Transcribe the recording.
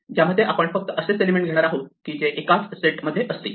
ज्यामध्ये आपण फक्त असेच एलिमेंट घेणार आहोत जे कोणत्याही एकाच सेटमध्ये असतील